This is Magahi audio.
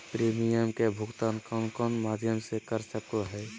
प्रिमियम के भुक्तान कौन कौन माध्यम से कर सको है?